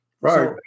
Right